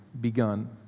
begun